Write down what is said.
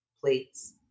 plates